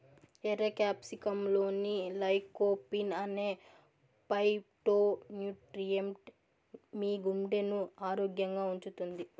ఎర్ర క్యాప్సికమ్లోని లైకోపీన్ అనే ఫైటోన్యూట్రియెంట్ మీ గుండెను ఆరోగ్యంగా ఉంచుతుంది